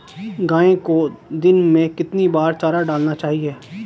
गाय को दिन में कितनी बार चारा डालना चाहिए?